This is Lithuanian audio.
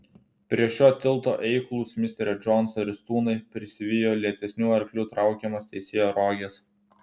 prie šio tilto eiklūs misterio džonso ristūnai prisivijo lėtesnių arklių traukiamas teisėjo roges